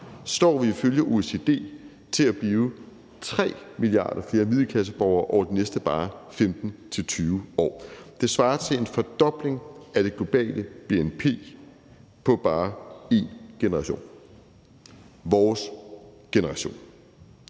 står vi ifølge OECD til at blive 3 milliarder flere middelklasseborgere over de næste bare 15-20 år. Det svarer til en fordobling af det globale bnp på bare én generation – vores generation.